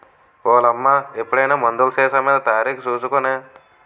ఓలమ్మా ఎప్పుడైనా మందులు సీసామీద తారీకు సూసి కొనే